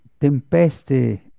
Tempeste